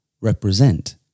represent